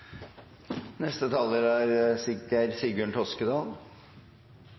Neste taler er